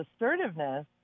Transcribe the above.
assertiveness